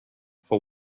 for